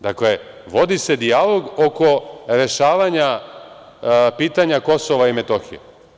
Dakle, vodi se dijalog oko rešavanja pitanja Kosova i Metohije.